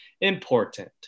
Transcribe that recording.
important